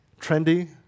trendy